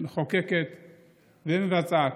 מחוקקת ומבצעת.